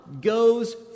goes